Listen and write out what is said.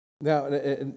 Now